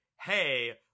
hey